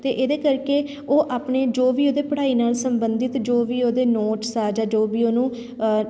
ਅਤੇ ਇਹਦੇ ਕਰਕੇ ਉਹ ਆਪਣੇ ਜੋ ਵੀ ਉਹਦੇ ਪੜ੍ਹਾਈ ਨਾਲ ਸੰਬੰਧਿਤ ਜੋ ਵੀ ਉਹਦੇ ਨੋਟਸ ਆ ਜਾਂ ਜੋ ਵੀ ਉਹਨੂੰ